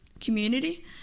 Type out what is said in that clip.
community